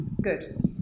good